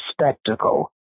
spectacle